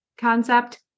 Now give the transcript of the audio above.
concept